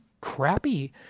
crappy